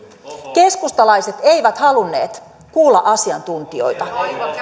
keskustalaiset eivät halunneet kuulla asiantuntijoita